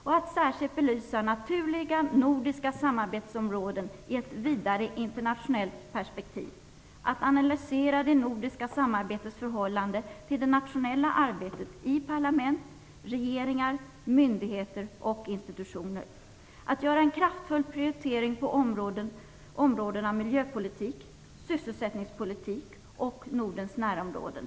Man bör särskilt belysa naturliga nordiska samarbetsområden i ett vidare internationellt perspektiv, analysera det nordiska samarbetets förhållande till det nationella arbetet i parlament, regeringar, myndigheter och institutioner samt göra en kraftfull prioritering på områdena miljöpolitik, sysselsättningspolitik och Nordens närområden.